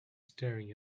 staring